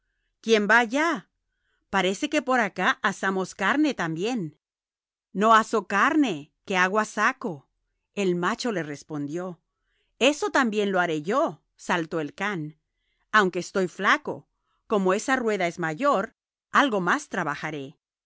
va allá parece que por acá asamos carne también no aso carne que agua saco eso también lo haré yo saltó el can aunque estoy flaco como esa rueda es mayor algo más trabajaré